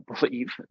believe